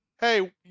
hey